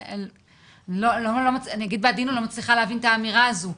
אני לא מצליחה להבין את האמירה הזו.